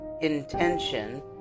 intention